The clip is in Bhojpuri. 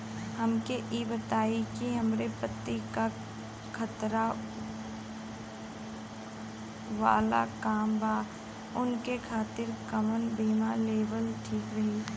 हमके ई बताईं कि हमरे पति क खतरा वाला काम बा ऊनके खातिर कवन बीमा लेवल ठीक रही?